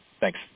Thanks